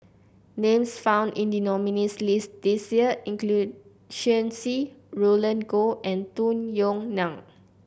names found in the nominees' list this year include Shen Xi Roland Goh and Tung Yue Nang